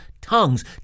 tongues